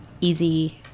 easy